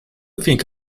think